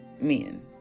men